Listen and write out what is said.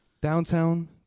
Downtown